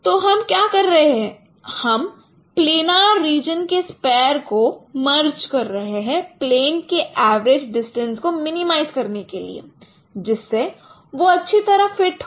तो हम क्या कर रहे हैं हम प्लेनर रीजन के स्पैर को मर्ज कर रहे हैं प्लेन के एवरेज डिस्टेंस को मिनिमाइज करने के लिए जिससे वो अच्छी तरह फिट हो